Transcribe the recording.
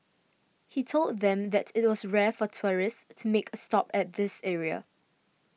he told them that it was rare for tourists to make a stop at this area